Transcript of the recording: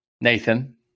Nathan